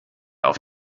auf